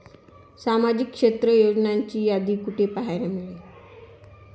सामाजिक क्षेत्र योजनांची यादी कुठे पाहायला मिळेल?